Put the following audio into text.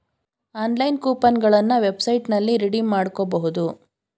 online coupon ಗಳನ್ನ ವೆಬ್ಸೈಟ್ನಲ್ಲಿ redeem ಮಾಡ್ಕೋಬಹುದು